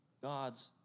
God's